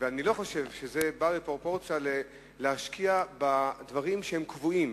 אני לא חושב שזה בא בפרופורציה להשקעות בדברים שהם קבועים.